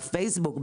בפייסבוק,